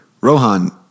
Rohan